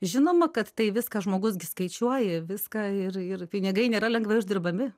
žinoma kad tai viską žmogus gi skaičiuoja viską ir ir pinigai nėra lengvai uždirbami